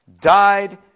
died